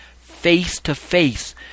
face-to-face